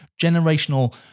generational